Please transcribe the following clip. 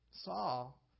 Saul